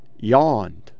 yawned